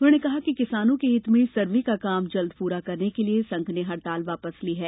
उन्होंने कहा कि किसानो के हित में सर्वे का काम जल्द पूरा करने के लिए संघ ने हड़ताल वापस ली है